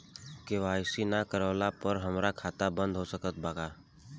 KYC ना करवाइला पर हमार खाता बंद हो सकत बा का?